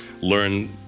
learn